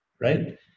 right